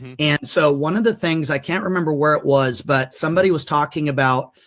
and so one of the things, i can't remember where it was but somebody was talking about,